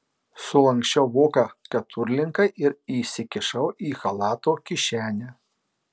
sulanksčiau voką keturlinkai ir įsikišau į chalato kišenę